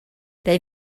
they